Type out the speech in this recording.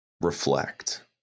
reflect